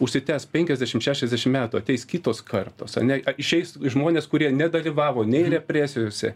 užsitęs penkiasdešim šešiasdešim metų ateis kitos kartos ane išeis žmonės kurie nedalyvavo nei represijose